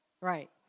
right